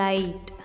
Light